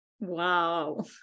Wow